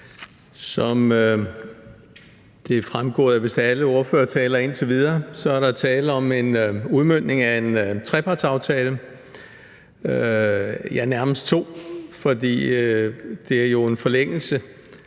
Som det er fremgået af vist alle ordførertaler indtil videre, er der tale om en udmøntning af en trepartsaftale, ja, nærmest to, for det er jo en forlængelse.